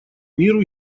миру